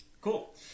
Cool